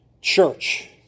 church